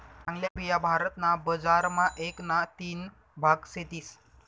चांगल्या बिया भारत ना बजार मा एक ना तीन भाग सेतीस